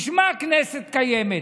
בשביל מה הכנסת קיימת?